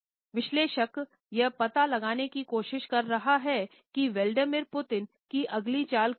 विश्लेषक यह पता लगाने की कोशिश कर रहा हैं कि व्लादिमीर पुतिन की अगली चाल क्या है